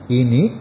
ini